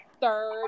third